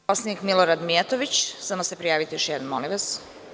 Narodni poslanik Milorad Mijatović, samo se prijavite još jednom, molim vas.